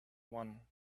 one